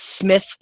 Smith